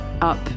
up